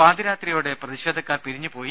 പാതിരാത്രിയോടെ പ്രതിഷേധക്കാർ പിരിഞ്ഞു പോയി